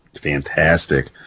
fantastic